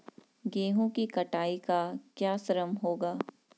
गेहूँ की कटाई का क्या श्रम होगा?